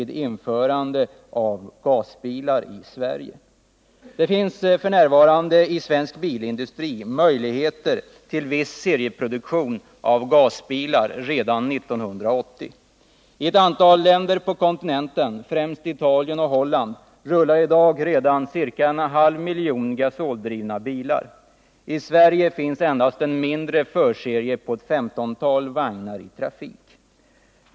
Det finns f.n. inom den svenska bilindustrin möjligheter till viss serieproduktion av gasbilar redan 1980. I ett antal länder på kontinenten, främst Italien och Holland, rullar redan i dag en halv miljon gasoldrivna bilar. I Sverige finns endast en mindre förserie om ett femtontal vagnar i trafik.